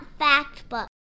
Factbook